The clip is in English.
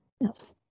Yes